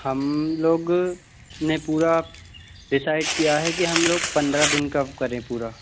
हम लोग ने पूरा डिसाइड किया है कि हम लोग पंद्रह दिन कब करें पूरा